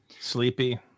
sleepy